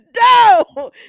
no